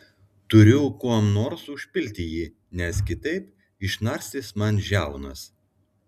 turiu kuom nors užpilti jį nes kitaip išnarstys man žiaunas